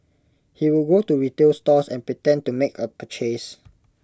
he would walk to retail stores and pretend to make A purchase